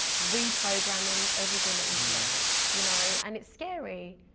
reprogramming everything that you've learned. you know and it's scary.